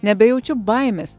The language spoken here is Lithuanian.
nebejaučiu baimės